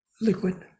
liquid